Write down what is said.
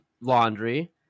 laundry